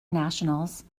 nationals